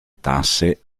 tasse